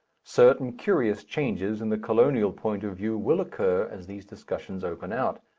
certain curious changes in the colonial point of view will occur as these discussions open out.